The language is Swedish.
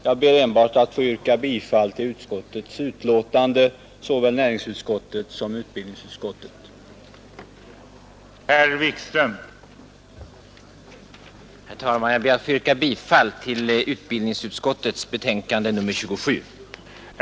Jag ber enbart att få yrka bifall till utskottets hemställan i såväl näringsutskottets betänkande nr 37 som utbildningsutskottets betänkande nr 27.